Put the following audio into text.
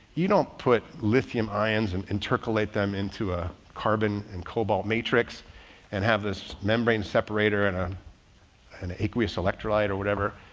you don't put lithium ions and intercalate them into a carbon and cobalt matrix and have this membrane separator in ah an aqueous electrolyte or whatever.